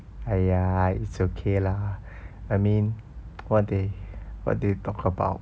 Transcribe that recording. !aiya! it's okay lah I mean what they what they talk about